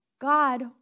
God